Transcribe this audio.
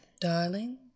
darling